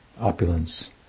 opulence